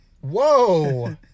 Whoa